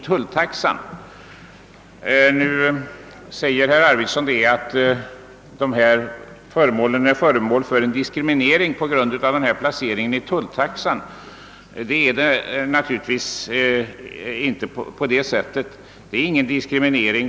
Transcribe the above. Herr Arvidson säger att dessa föremål är utsatta för en diskriminering på grund av placeringen i tulltaxan. Naturligtvis förhåller det sig inte på det sättet.